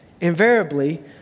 invariably